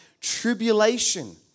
tribulation